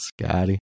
Scotty